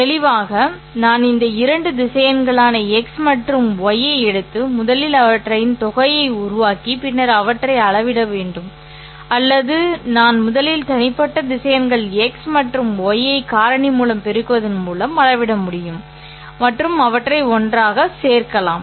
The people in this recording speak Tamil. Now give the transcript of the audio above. தெளிவாக நான் இந்த இரண்டு திசையன்களான ́x மற்றும் takey ஐ எடுத்து முதலில் அவற்றின் தொகையை உருவாக்கி பின்னர் அவற்றை அளவிட முடியும் அல்லது நான் முதலில் தனிப்பட்ட திசையன்கள் ́x மற்றும் ́y ஐ காரணி மூலம் பெருக்குவதன் மூலம் அளவிட முடியும் them மற்றும் அவற்றை ஒன்றாக சேர்க்கலாம்